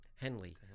Henley